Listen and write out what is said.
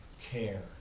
care